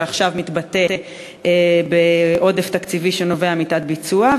שעכשיו מתבטא בעודף תקציבי שנובע מתת-ביצוע?